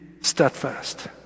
steadfast